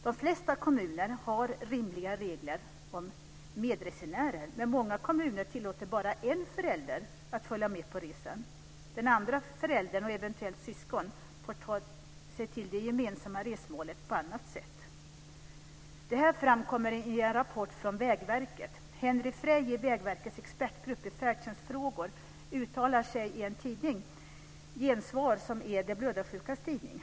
De flesta kommuner har rimliga regler om medresenärer. Men många kommuner tillåter bara en förälder att följa med på resan. Den andra föräldern och eventuellt syskon får ta sig till det gemensamma resmålet på annat sätt. Detta framkommer i en rapport från Vägverket. Henry Freij i Vägverkets expertgrupp i färdtjänstfrågor har uttalat sig i Gensvar, som är de blödarsjukas tidning.